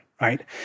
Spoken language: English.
right